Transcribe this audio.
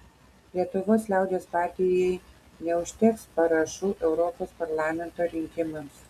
lietuvos liaudies partijai neužteks parašų europos parlamento rinkimams